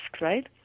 right